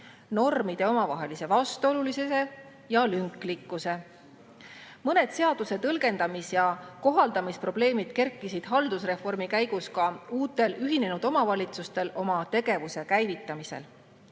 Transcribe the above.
normide omavahelise vastuolulisuse ja lünklikkuse. Mõned seaduse tõlgendamise ja kohaldamise probleemid kerkisid haldusreformi käigus ka uutel ühinenud omavalitsustel oma tegevuse käivitamisel.